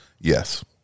yes